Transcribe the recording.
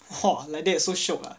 !wah! like that so shiok ah